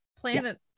planet